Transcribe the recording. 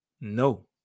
No